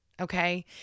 okay